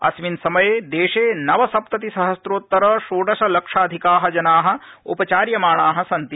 अस्मिन् समये देशे नव सप्ति सहस्रोत्तर षोडश लक्षाधिका जना उपचार्यमाणा सन्ति